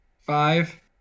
Five